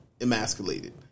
emasculated